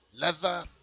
Leather